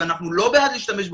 ואנחנו לא בעד להשתמש בו,